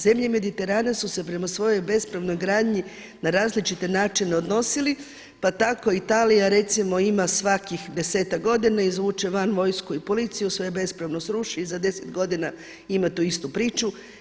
Zemlje mediterana su se prema svojoj bespravnoj gradnji na različite načine odnosile pa tako Italija recimo ima svakih desetak godina izvuče van vojsku i policiju, sve bespravno sruši i za deset godina ima tu istu priču.